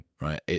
right